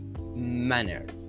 manners